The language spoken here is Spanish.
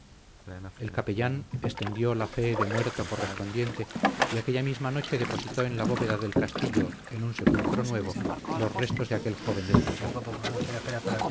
el capellán extendió la fe de muerto correspondiente y aquella misma noche depositó en la bóveda del castillo en un sepulcro nuevo los restos de aquel joven desdichado